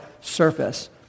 surface